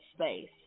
space